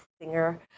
singer